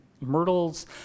myrtles